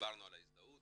דיברנו על ההזדהות